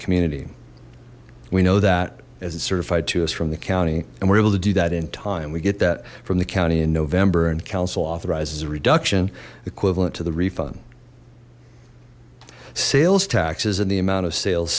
community we know that as it's certified to us from the county and we're able to do that in time we get that from the county in november and council authorizes a reduction equivalent to the refund sales taxes and the amount of sales